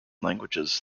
languages